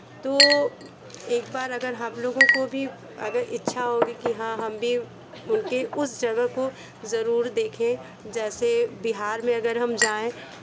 तो एक बार अगर हम लोगों को भी अगर इच्छा होगी कि हाँ हम भी उनके उस जगह को ज़रूर देखें जैसे बिहार में अगर हम जाएं